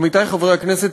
עמיתי חברי הכנסת,